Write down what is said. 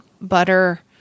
butter